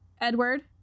Edward